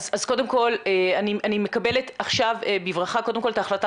קודם כל אני מקבלת עכשיו בברכה את ההחלטה